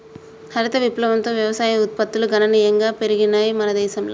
హరిత విప్లవంతో వ్యవసాయ ఉత్పత్తులు గణనీయంగా పెరిగినయ్ మన దేశంల